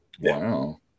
Wow